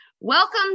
welcome